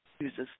uses